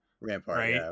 Rampart